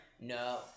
No